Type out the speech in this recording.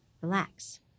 relax